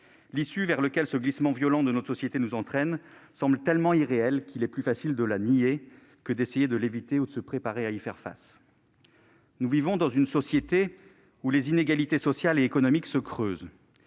L'issue vers laquelle ce glissement violent de notre société nous entraîne semble tellement irréelle qu'il est plus facile de la nier que d'essayer de l'éviter ou de se préparer à y faire face. Nous vivons dans une société où les inégalités sociales et économiques se creusent.